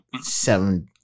seven